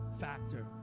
factor